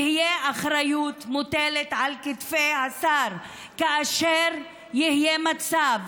האחריות תהיה מוטלת על כתפי השר כאשר יהיה מצב